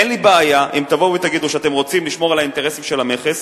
אין לי בעיה אם תבואו ותגידו שאתם רוצים לשמור על האינטרסים של המכס.